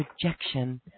projection